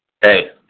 Hey